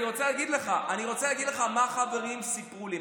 אני רוצה להגיד לך מה חברים שלי סיפרו לי,